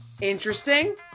Interesting